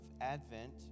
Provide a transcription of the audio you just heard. Advent